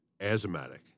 asthmatic